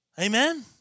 Amen